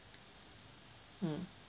mm